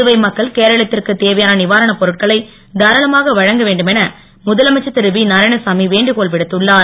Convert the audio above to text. புதுவை மக்கள் கேரளத்திற்கு தேவையான நிவாரணப் பொருட்களை தாராளமாக வழங்க வேண்டுமென முதலமைச்சர் திரு வி நாராயணசாமி வேண்டுகோள் விடுத்துள்ளார்